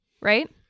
right